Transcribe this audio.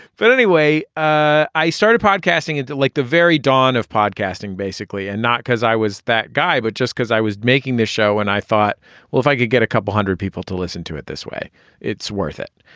but anyway i i started podcasting into like the very dawn of podcasting basically and not because i was that guy but just because i was making this show and i thought well if i get get a couple hundred people to listen to it this way it's worth it.